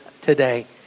today